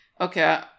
okay